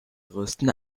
größten